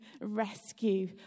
rescue